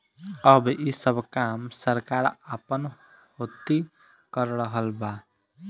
अब ई सब काम सरकार आपना होती कर रहल बा